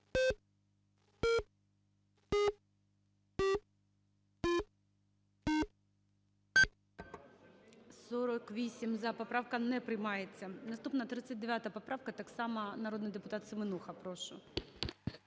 За-48 Поправка не приймається. Наступна 39 поправка. Так само народний депутат Семенуха, прошу.